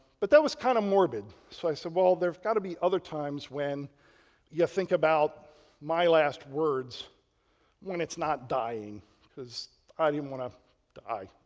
but that was kind of morbid so i said, well, there's got to be other times when you think about my last words when it's not dying because i didn't want to die,